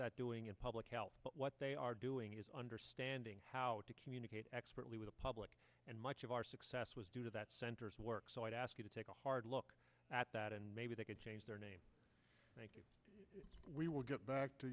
that doing in public health what they are doing is understanding how to communicate expertly with the public and much of our success was due to that centers work so i ask you to take a hard look at that and maybe they could change their name we will get back to